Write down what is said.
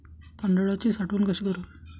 तांदळाची साठवण कशी करावी?